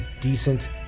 decent